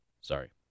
Sorry